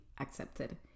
accepted